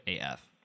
af